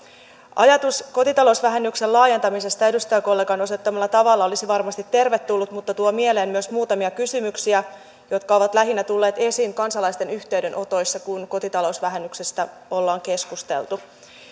ajatus kotitalousvähennyksen laajentamisesta edustajakollegan osoittamalla tavalla olisi varmasti tervetullut mutta tuo mieleen myös muutamia kysymyksiä jotka ovat lähinnä tulleet esiin kansalaisten yhteydenotoissa kun kotitalousvähennyksestä on keskusteltu